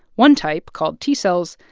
one type, called t-cells,